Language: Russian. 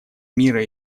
мира